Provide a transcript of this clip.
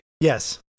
Yes